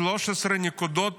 13 נקודות